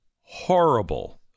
horrible